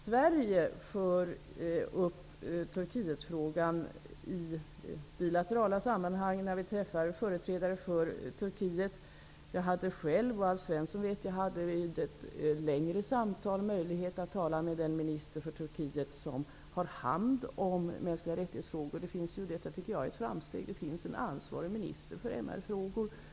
Sverige för upp Turkietfrågan i bilaterala sammanhang, när vi träffar företrädare för Turkiet. Jag själv och även Alf Svensson har vid ett längre samtal haft möjlighet att tala med den minister i Turkiet som har hand om frågorna om mänskliga rättigheter. Det är ett framsteg i sig att det finns en minister för MR-frågor.